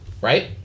Right